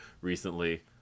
recently